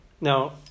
Now